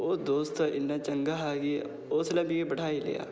ओह् दोस्त इ'न्ना चंगा हा कि उसलै मिगी बैठाई लेआ